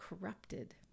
corrupted